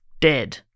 dead